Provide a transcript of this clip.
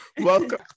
welcome